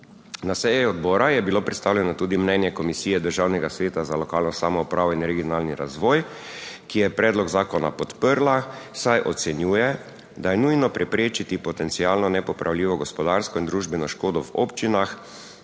Na seji odbora je bilo predstavljeno tudi mnenje Komisije Državnega sveta za lokalno samoupravo in regionalni razvoj, ki je predlog zakona podprla, saj ocenjuje, da je nujno preprečiti potencialno nepopravljivo gospodarsko in družbeno škodo v občinah,